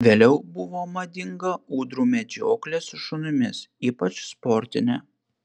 vėliau buvo madinga ūdrų medžioklė su šunimis ypač sportinė